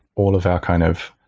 all of our kind of,